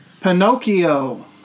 Pinocchio